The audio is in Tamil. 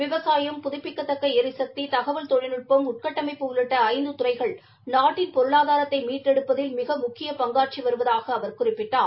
விவசாயம் புதப்பிக்கத்தக்க ளரிசக்தி தகவல் தொழில்நட்பம் உள்கட்டமைப்பு உள்ளிட்ட ஐந்து துறைகள் நாட்டின் பொருளாதாரத்தை மீட்டெடுப்பதில் மிக முக்கிய பங்காற்றி வருவதாக அவர் குறிப்பிட்டார்